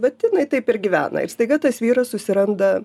vat jinai taip ir gyvena ir staiga tas vyras susiranda